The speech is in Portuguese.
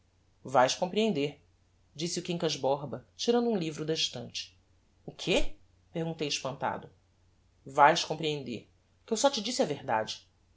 vaes comprehender disse o quincas borba tirando um livro da estante o que perguntei espantado vaes comprehender que eu só te disse a verdade